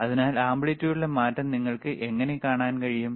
അതിനാൽ ആംപ്ലിറ്റ്യൂഡിലെ മാറ്റം നിങ്ങൾക്ക് എങ്ങനെ കാണാൻ കഴിയും